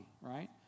right